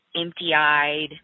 empty-eyed